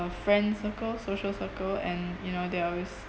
friend circle social circle and you know they're always